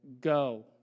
go